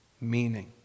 meaning